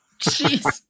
Jeez